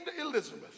Elizabeth